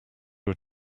were